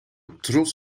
trots